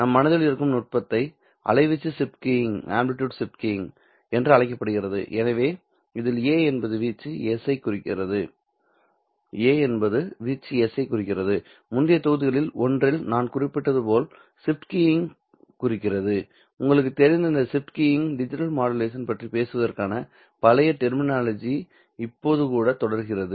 நம் மனதில் இருக்கும் நுட்பத்தை அலைவீச்சு ஷிப்ட் கீயிங் என்று அழைக்கப்படுகிறது எனவே இதில் A என்பது வீச்சு S ஐ குறிக்கிறது முந்தைய தொகுதிகளில் ஒன்றில் நான் குறிப்பிட்டது போல் ஷிப்ட் கீயிங்கை குறிக்கிறது உங்களுக்குத் தெரிந்த இந்த ஷிப்ட் கீயிங் டிஜிட்டல் மாடுலேஷன் பற்றி பேசுவதற்கான பழைய டெர்மின்னாலஜி இப்போது கூட தொடர்கிறது